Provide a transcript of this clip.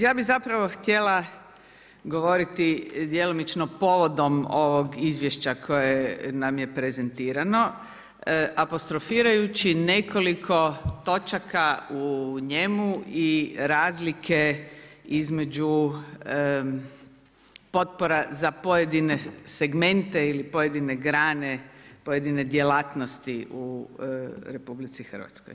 Ja bih zapravo htjela govoriti djelomično povodom ovog izvješća koje nam je prezentirano apostrofirajući nekoliko točaka u njemu i razlike između potpora za pojedine segmente ili pojedine grane, pojedine djelatnosti u RH.